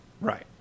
Right